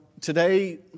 today